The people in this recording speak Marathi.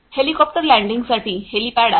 हेलिकॉप्टर लँडिंगसाठी हेलिपॅड आहे